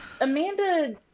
amanda